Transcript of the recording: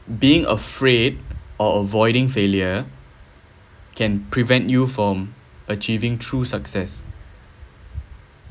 being afraid or avoiding failure can prevent you from achieving through success